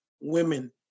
women